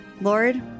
Lord